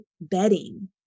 bedding